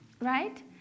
Right